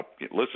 listen